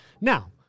Now